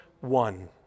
one